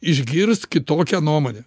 išgirst kitokią nuomonę